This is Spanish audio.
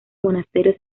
monasterio